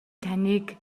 таныг